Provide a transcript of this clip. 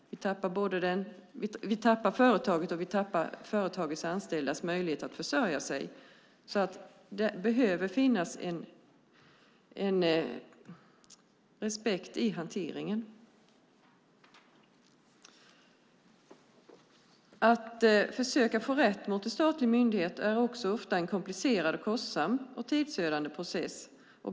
Vi tappar företaget och vi tappar företagets anställdas möjlighet att försörja sig. Det behöver finnas en respekt i hanteringen. Att försöka få rätt mot en statlig myndighet är också ofta en komplicerad, kostsam och tidsödande process.